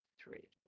three